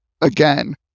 again